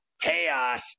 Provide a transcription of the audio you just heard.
chaos